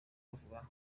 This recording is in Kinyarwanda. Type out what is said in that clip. bavuga